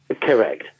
Correct